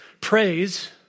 praise